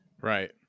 Right